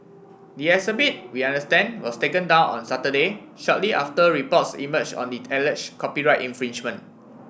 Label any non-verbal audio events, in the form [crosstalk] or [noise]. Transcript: the exhibit we understand was taken down on Saturday shortly after reports emerge on the [unintelligible] copyright infringement